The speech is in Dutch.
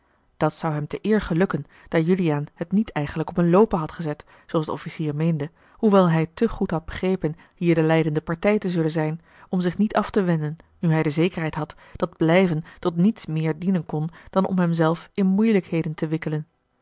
dat zou hem te eer gelukken daar juliaan het niet eigenlijk op een loopen had gezet zooals de officier meende hoewel hij te goed had begrepen hier de lijdende partij te zullen zijn om zich niet af te wenden nu hij de zekerheid had dat blijven tot niets meer dienen kon dan om hem zelf in moeielijkheden te wikkelen